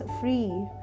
free